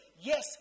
Yes